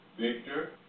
Victor